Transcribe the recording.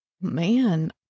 man